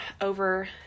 over